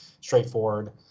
straightforward